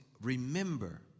remember